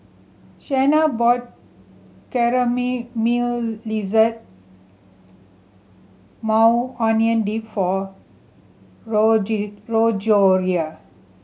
Shenna bought Maui Onion Dip for Gregoria